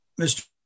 Mr